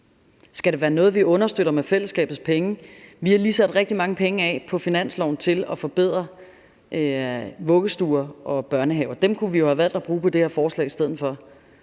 Skal det være noget, vi understøtter med fællesskabets penge? Vi har lige sat rigtig mange penge af på finansloven til at forbedre vuggestuer og børnehaver. Dem kunne vi jo have valgt at bruge på det her forslag i stedet for.